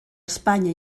espanya